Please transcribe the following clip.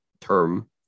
term